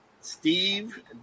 Steve